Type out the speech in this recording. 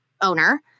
owner